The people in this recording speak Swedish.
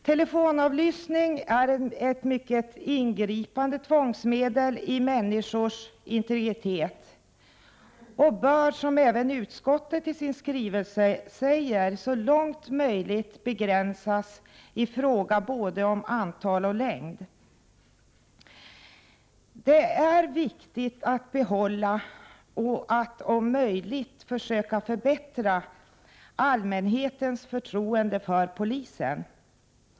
Telefonavlyssning är ett mycket ingripande tvångsmedel i människors integritet och bör, som även utskottet i sin skrivning säger, så långt möjligt begränsas i fråga om både antal och längd. Det är viktigt att behålla och att, om möjligt, försöka förbättra allmänhetens förtroende för polisen.